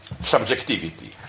subjectivity